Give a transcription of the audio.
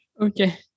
Okay